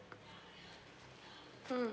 mm